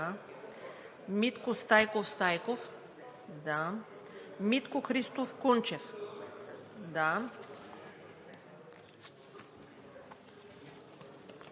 Митко Стайков Стайков - тук Митко Христов Кунчев